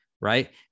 right